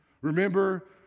Remember